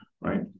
right